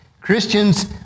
Christians